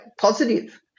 positive